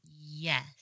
Yes